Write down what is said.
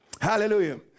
Hallelujah